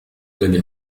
الذي